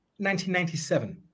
1997